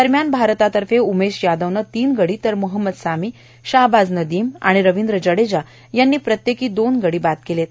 दरम्यान भारतातर्फे उमेश यादवनं तीन गडी तर मोहम्मद सामी शाहवाझ नदीम आणि रवीद्र जडेजा यांनी प्रत्येकी दोन गडी बाद केलेत